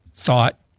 thought